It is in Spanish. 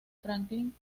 franklin